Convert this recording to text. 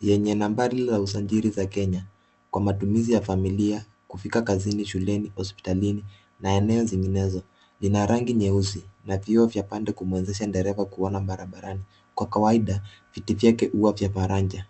yenye nambari la usajili za Kenya kwa matumizi ya familia kufika kazini, shuleni, hospitalini na eneo zinginezo. Lina rangi nyeusi na vioo vya pande kumuezesha dereva kuona barabarani. Kwa kawaida kiti chake huwa vya faraja.